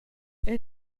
era